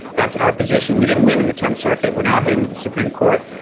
that's our position. we didn't win in the tenth circuit. we're now heading to the supreme court.